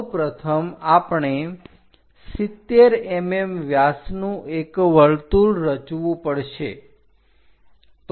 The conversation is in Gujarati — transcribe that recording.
સૌપ્રથમ આપણે 70 mm વ્યાસનું એક વર્તુળ રચવું પડશે